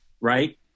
right